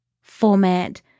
format